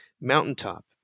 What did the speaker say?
mountaintop